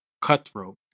cutthroat